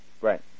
Right